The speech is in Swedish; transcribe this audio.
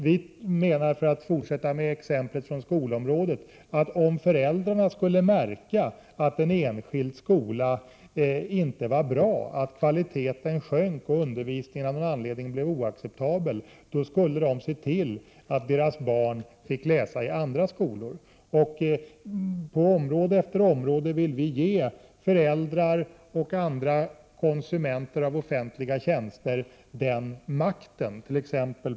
Vi menar, för att fortsätta med exemplet från skolområdet, att om föräldrarna skulle märka att en enskild skola inte var bra — att kvaliteten sjönk och undervisningen av någon anledning blev oacceptabel — skulle de se till att deras barn fick läsa i andra skolor. På område efter område vill vi ge föräldrar och andra konsumenter av offentliga tjänster den makten —t.ex.